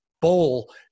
bowl